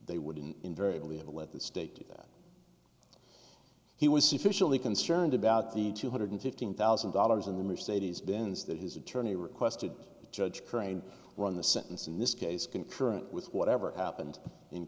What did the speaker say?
they wouldn't invariably have let the state he was sufficiently concerned about the two hundred fifteen thousand dollars in the mercedes bins that his attorney requested judge crane run the sentence in this case concurrent with whatever happened in